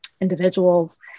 individuals